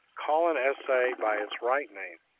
call an essay by its right name,